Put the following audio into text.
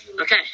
okay